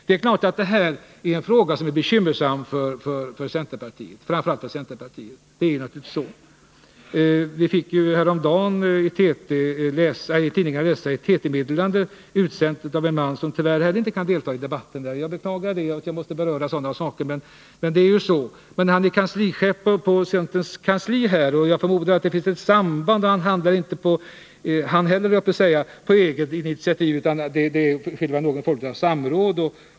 Det är klart att det här är en bekymmersam fråga framför allt naturligtvis 63 för centerpartiet. Vi fick häromdagen i pressen läsa ett TT-meddelande utsänt av en man som tyvärr inte heller kan delta i debatten. Jag beklagar att jag måste beröra sådana här saker, men jag gör det därför att den som stod bakom det här meddelandet är kanslichef på centerns partikansli. Jag förmodar att det finns ett samband med det som vi nu diskuterar, för han handlar naturligtvis inte på eget initiativ utan det sker någon form av samråd.